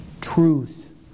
truth